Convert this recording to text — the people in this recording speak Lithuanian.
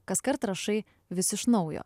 kaskart rašai vis iš naujo